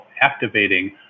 activating